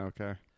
Okay